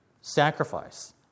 sacrifice